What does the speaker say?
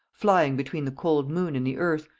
flying between the cold moon and the earth,